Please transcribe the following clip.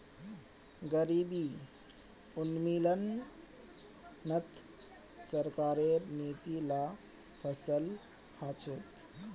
गरीबी उन्मूलनत सरकारेर नीती ला सफल ह छेक